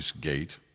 gate